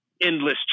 endless